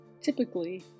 typically